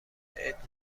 ایدز